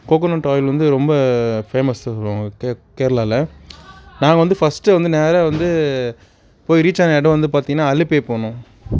coconut oil வந்து ரொம்ப famous சொல்லுவாங்க கே கேரளால நான் வந்து ஃபர்ஸ்ட்டு வந்து நேராக வந்து போய் ரீச்சான இடம் வந்து பார்த்தீங்னா அல்லிப்பி போனோம்